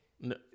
No